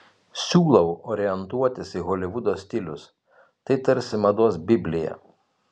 siūlau orientuotis į holivudo stilius tai tarsi mados biblija